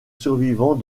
survivant